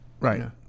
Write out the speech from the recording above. right